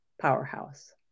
powerhouse